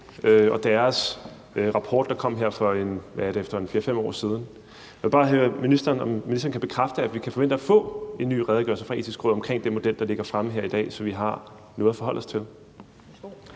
og deres rapport, der kom for 4-5 år siden. Jeg vil bare høre, om ministeren kan bekræfte, at vi kan forvente at få en ny redegørelse fra Det Etiske Råd omkring den model, der ligger fremme her i dag, så vi har noget at forholde os til.